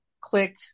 click